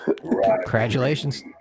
Congratulations